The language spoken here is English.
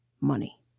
money